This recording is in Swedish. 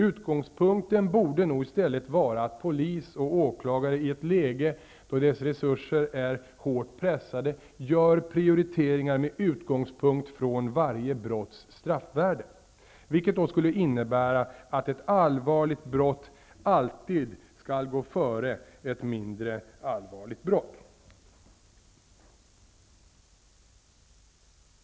Utgångspunkten borde nog i stället vara att polis och åklagare, i ett läge då dess resurser är hårt pressade, gör prioriteringar med utgångspunkt från varje brotts straffvärde, vilket skulle innebära att ett allvarligt brott alltid skall gå före ett mindre allvarligt brott.